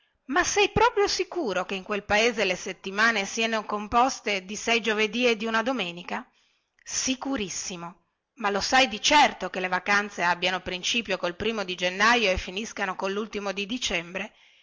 ma sei proprio sicuro che in quel paese tutte le settimane sieno composte di sei giovedì e di una domenica sicurissimo ma lo sai di certo che le vacanze abbiano principio col primo di gennaio e finiscano collultimo di dicembre